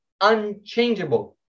unchangeable